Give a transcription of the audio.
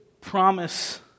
promise